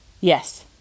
Yes